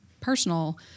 personal